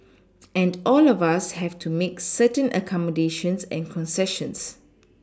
and all of us have to make certain accommodations and concessions